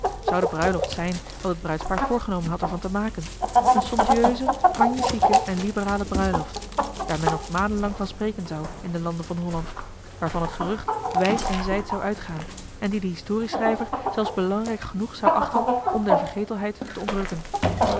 de bruiloft zijn wat het bruidspaar voorgenomen had er van te maken eene somptueuse magnifique en liberale bruiloft daar men nog maandenlang van spreken zou in den lande van holland waarvan het gerucht wijd en zijd zou uitgaan en die de historieschrijver zelfs belangrijk genoeg zou achten om der vergetelheid te